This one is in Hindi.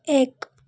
एक